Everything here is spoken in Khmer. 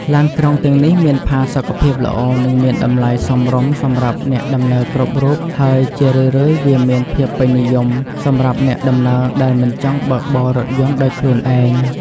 ឡានក្រុងទាំងនេះមានផាសុកភាពល្អនិងមានតម្លៃសមរម្យសម្រាប់អ្នកដំណើរគ្រប់រូប ហើយជារឿយៗវាមានភាពពេញនិយមសម្រាប់អ្នកដំណើរដែលមិនចង់បើកបររថយន្តដោយខ្លួនឯង។